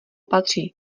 patří